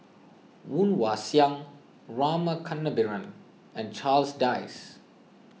Woon Wah Siang Rama Kannabiran and Charles Dyce